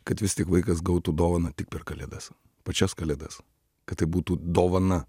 kad vis tik vaikas gautų dovaną tik per kalėdas pačias kalėdas kad tai būtų dovana